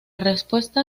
respuesta